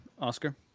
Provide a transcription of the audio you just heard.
Oscar